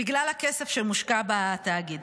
בגלל הכסף שמושקע בתאגיד.